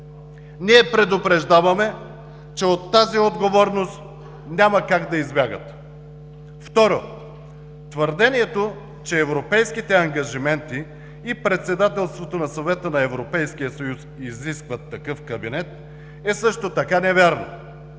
Ние предупреждаваме, че от тази отговорност няма как да избягат. Второ, твърдението, че европейските ангажименти и председателството на Съвета на Европейския съюз изискват такъв кабинет, е също така невярно,